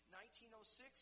1906